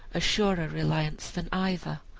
a surer reliance than either.